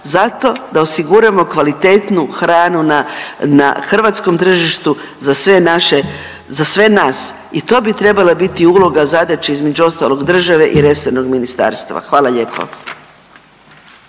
Zato da osiguramo kvalitetnu hranu na hrvatskom tržištu za sve nas i to bi trebala biti uloga, zadaća između ostalog države i resornog ministarstva. Hvala lijepo.